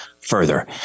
further